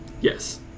Yes